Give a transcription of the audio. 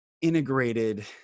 integrated